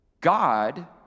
God